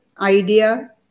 idea